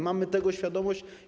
Mamy tego świadomość.